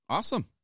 Awesome